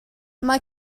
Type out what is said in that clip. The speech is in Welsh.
mae